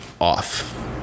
off